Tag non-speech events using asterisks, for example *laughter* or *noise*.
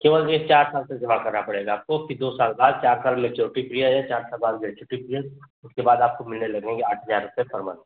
केवल यह चार साल तक जमा करना पड़ेगा आपको कि दो साल बाद चार साल मैच्योरिटी *unintelligible* चार साल बाद मैच्योरिटी इयर उसके बाद आपको महीने लगेंगे आठ हज़ार रुपये पर मन्थ